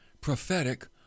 prophetic